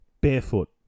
barefoot